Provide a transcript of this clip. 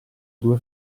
due